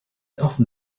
often